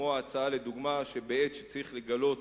כמו ההצעה שבעת שצריך לגלות